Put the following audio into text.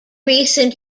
recent